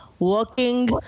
working